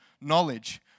knowledge